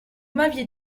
m’aviez